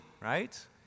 right